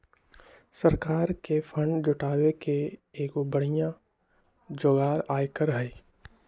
सरकार के फंड जुटावे के एगो बढ़िया जोगार आयकर हई